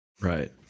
right